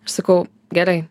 sakau gerai